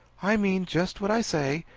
i mean just what i say.